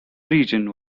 region